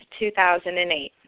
2008